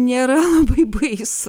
nėra labai baisu